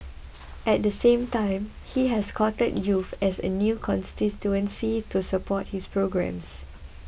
at the same time he has courted youth as a new constituency to support his programmes